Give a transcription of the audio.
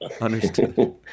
understood